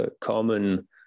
common